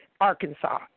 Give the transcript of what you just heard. Arkansas